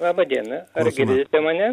laba diena ar girdite mane